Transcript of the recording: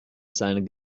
seines